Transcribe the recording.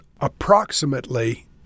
approximately